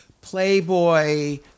Playboy